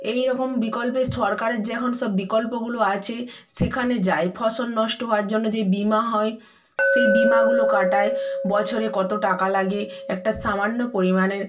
এই রকম বিকল্পের সরকারের যে এখন সব বিকল্পগুলো আছে সেখানে যায় ফসল নষ্ট হওয়ার জন্য যেই বিমা হয় সেই বিমাগুলো কাটায় বছরে কত টাকা লাগে একটা সামান্য পরিমাণের